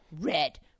red